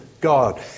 God